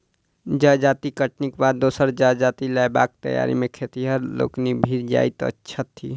जजाति कटनीक बाद दोसर जजाति लगयबाक तैयारी मे खेतिहर लोकनि भिड़ जाइत छथि